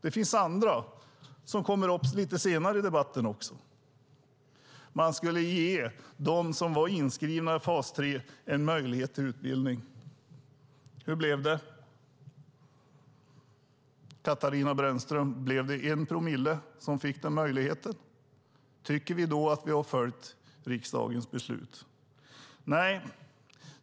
Det finns andra, som kommer upp lite senare i debatten. Man skulle ge dem som var inskrivna i fas 3 en möjlighet till utbildning. Hur blev det? Blev det 1 promille som fick denna möjlighet, Katarina Brännström? Tycker vi då att vi har följt riksdagens beslut?